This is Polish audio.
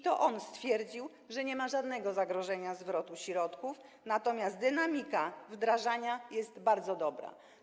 To on stwierdził, że nie ma żadnego zagrożenia zwrotu środków, natomiast dynamika wdrażania jest bardzo dobra.